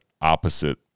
opposite